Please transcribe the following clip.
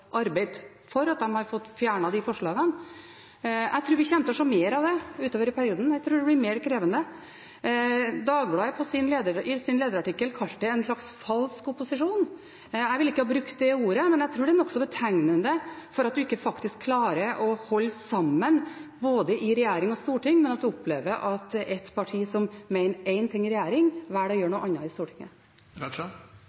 arbeidet for. Jeg tror vi kommer til å se mer av det utover i perioden. Jeg tror det blir mer krevende. Dagbladet kalte det i sin lederartikkel en slags «falsk opposisjon». Jeg ville ikke ha brukt det uttrykket, men jeg tror det er nokså betegnende for at en faktisk ikke klarer å holde sammen både i regjering og i storting, men at en opplever at et parti som mener én ting i regjering, velger å gjøre